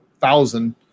thousand